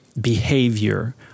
behavior